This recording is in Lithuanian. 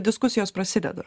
diskusijos prasideda